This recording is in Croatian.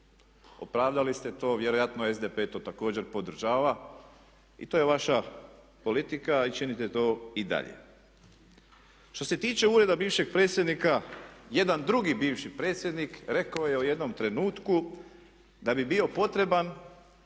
Opravdali ste to, vjerojatno SDP to također podržava i to je vaša politika i činite to i dalje. Što se tiče ureda bivšeg predsjednika jedan drugi bivši predsjednik rekao je u jednom trenutku da bi bio potreban